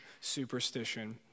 superstition